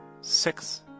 six